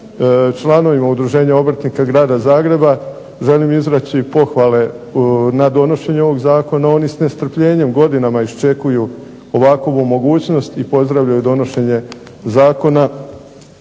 članovima udruženja obrtnika grada Zagreba, želim izreći pohvale na donošenje ovog zakona, oni s nestrpljenjem godinama iščekuju ovakovu mogućnost i pozdravljaju donošenje Zakona